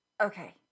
Okay